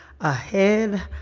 ahead